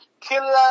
killer